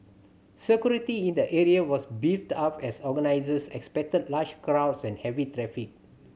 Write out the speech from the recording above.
security in the area was beefed up as organisers expected large crowds and heavy traffic